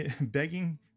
begging